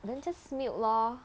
then just mute lor